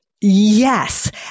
Yes